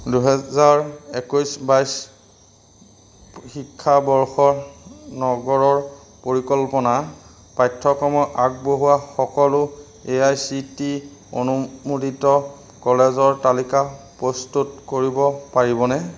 দুহেজাৰ একৈছ বাইছ শিক্ষাবৰ্ষৰ নগৰৰ পৰিকল্পনাৰ পাঠ্যক্ৰমৰ আগবঢ়োৱা সকলো এ আই চি টি অনুমোদিত কলেজৰ তালিকা প্ৰস্তুত কৰিব পাৰিবনে